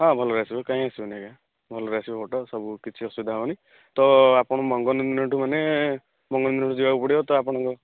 ହଁ ଭଲ ରେ ଆସିବ କାଇଁ ଆସିବନି ଆଜ୍ଞା ଭଲ ରେ ଆସିବ ଫଟୋ ସବୁ କିଛି ଅସୁବିଧା ହେବନି ତ ଆପଣ ମଙ୍ଗନ ଦିନଠୁ ମାନେ ମଙ୍ଗନ ଦିନଠୁ ଯିବାକୁ ପଡ଼ିବ ତ ଆପଣଙ୍କ